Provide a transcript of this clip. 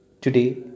Today